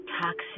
Toxic